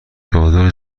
چادر